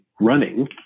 running